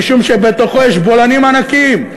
משום שבתוכו יש בולענים ענקיים.